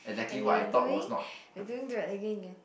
and you are doing you're doing that again